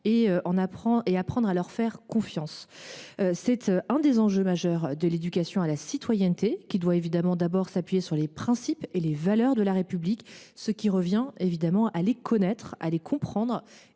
et apprendre à leur faire confiance. C’est l’un des enjeux majeurs de l’éducation à la citoyenneté, qui doit d’abord s’appuyer sur les principes et les valeurs de la République, ce qui revient à les connaître, à les comprendre